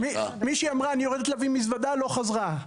מישהי אמרה שהיא יורדת להביא מזוודה, לא חזרה.